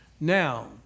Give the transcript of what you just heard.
now